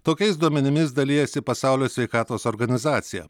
tokiais duomenimis dalijasi pasaulio sveikatos organizacija